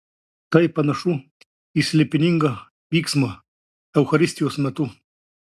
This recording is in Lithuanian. tai panašu į slėpiningą vyksmą eucharistijos metu